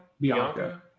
Bianca